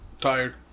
Tired